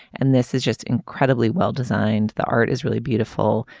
and this is just incredibly well-designed. the art is really beautiful.